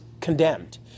condemned